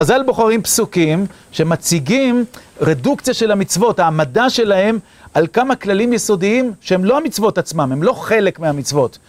חז"ל בוחרים פסוקים שמציגים רדוקציה של המצוות, העמדה שלהם על כמה כללים יסודיים שהם לא המצוות עצמם, הם לא חלק מהמצוות.